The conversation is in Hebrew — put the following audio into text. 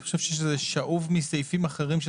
אני חושב שזה שאוב מסעיפים אחרים של